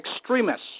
extremists